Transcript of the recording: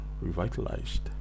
revitalized